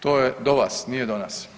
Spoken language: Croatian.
To je do vas, nije do nas.